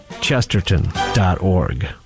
chesterton.org